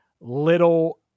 little